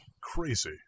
Crazy